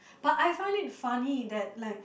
but I find it funny that like